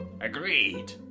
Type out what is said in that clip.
Agreed